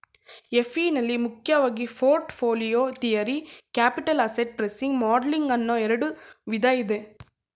FE ನಲ್ಲಿ ಮುಖ್ಯವಾಗಿ portfolio theory, capital asset pricing modelling ಅನ್ನೋ ಎರಡು ವಿಧ ಇದೆ